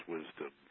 Wisdom